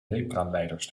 lepralijders